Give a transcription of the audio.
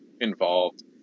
involved